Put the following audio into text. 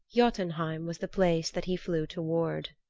jotunheim was the place that he flew toward.